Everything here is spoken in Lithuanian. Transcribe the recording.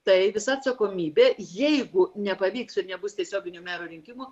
tai visa atsakomybė jeigu nepavyks ir nebus tiesioginių mero rinkimų